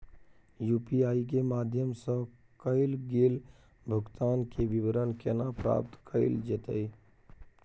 UPI के माध्यम सं कैल गेल भुगतान, के विवरण केना प्राप्त कैल जेतै?